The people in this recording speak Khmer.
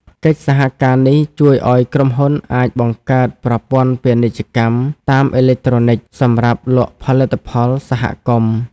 កិច្ចសហការនេះជួយឱ្យក្រុមហ៊ុនអាចបង្កើតប្រព័ន្ធពាណិជ្ជកម្មតាមអេឡិចត្រូនិក សម្រាប់លក់ផលិតផលសហគមន៍។